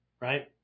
Right